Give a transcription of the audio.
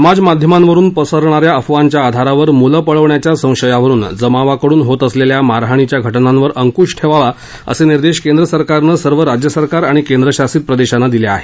समाजमाध्यमांवरुन पसरणा या अफवांच्या आधारावर मुलं पळवण्याच्या संशयावरुन जमावाकडून होत असलेल्या मारहाणीच्या घटनांवर अंकृश ठेवावा असे निर्देश केंद्र सरकारनं सर्व राज्य सरकार आणि केंद्रशासित प्रदेशांना दिले आहेत